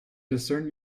discern